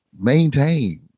maintain